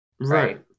right